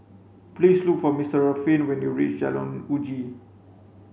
please look for Ruffin when you reach Jalan Uji